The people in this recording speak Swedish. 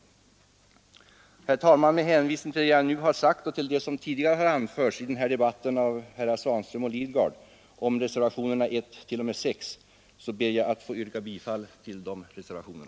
Herr talman! Med hänvisning till vad jag nu har sagt och till vad som tidigare anförts i den här debatten av herrar Svanström och Lidgard om reservationerna 1 t.o.m. 6 ber jag att få yrka bifall till dessa reservationer.